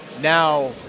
Now